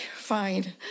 fine